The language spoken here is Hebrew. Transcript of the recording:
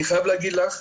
אני חייב להגיד לך,